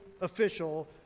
official